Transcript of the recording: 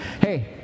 Hey